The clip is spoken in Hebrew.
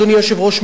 אדוני היושב-ראש,